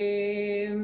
אצלנו.